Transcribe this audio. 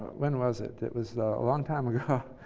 when was it? it was a long time ago